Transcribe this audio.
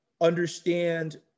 Understand